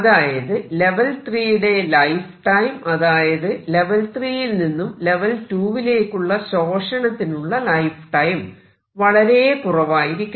അതായത് ലെവൽ 3 യുടെ life time അതായത് ലെവൽ 3 യിൽ നിന്നും ലെവൽ 2 വിലേക്കുള്ള ശോഷണത്തിനുള്ള ലൈഫ് ടൈം വളരെ കുറവായിരിക്കണം